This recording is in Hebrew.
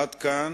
עד כאן